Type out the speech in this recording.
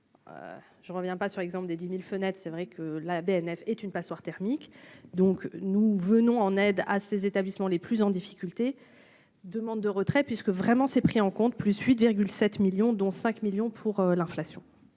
je ne reviens pas sur l'exemple des 10000 fenêtre s', c'est vrai que la BNF est une passoire thermique, donc nous venons en aide à ces établissements les plus en difficulté, demande de retrait puisque vraiment c'est pris en compte, plus 8 7 millions, dont 5 millions pour l'inflation.